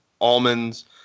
almonds